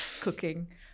Cooking